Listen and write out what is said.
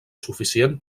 suficient